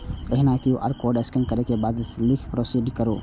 एहिना QR code scan करै के बाद राशि लिख कें प्रोसीड करू